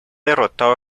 derrotado